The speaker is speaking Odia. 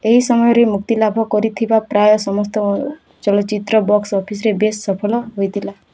ଏହି ସମୟରେ ମୁକ୍ତିଲାଭ କରିଥିବା ପ୍ରାୟ ସମସ୍ତ ଚଳଚ୍ଚିତ୍ର ବକ୍ସ ଅଫିସରେ ବେଶ୍ ସଫଳ ହେଇଥିଲା